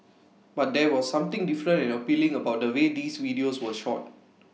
but there was something different and appealing about the way these videos were shot